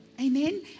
Amen